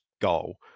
goal